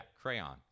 crayon